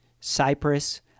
Cyprus